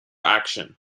action